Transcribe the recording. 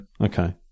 Okay